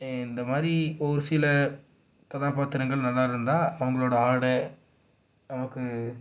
இந்த மாதிரி ஒருசில கதாப்பாத்திரங்கள் நல்லா இருந்தால் அவர்களோட ஆடை நமக்கு